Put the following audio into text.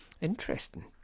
Interesting